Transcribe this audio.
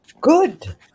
good